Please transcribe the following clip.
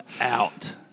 out